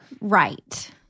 Right